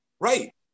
Right